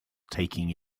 taking